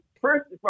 first